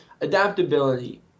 adaptability